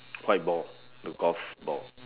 white ball the golf ball